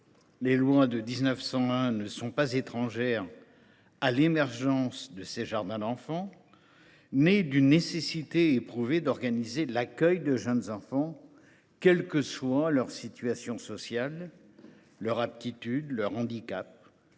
Les lois de 1901 ne sont pas étrangères à leur émergence : les jardins d’enfants sont nés d’une nécessité éprouvée d’organiser l’accueil de tous les jeunes enfants, quels que soient leur situation sociale, leurs aptitudes ou leur handicap.